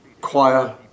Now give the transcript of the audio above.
choir